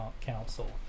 council